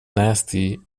nasty